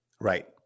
Right